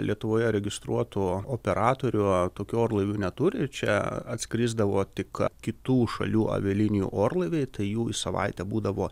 lietuvoje registruotų operatorių tokių orlaivių neturi čia atskrisdavo tik kitų šalių avialinijų orlaiviai tai jų į savaitę būdavo